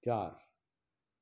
चारि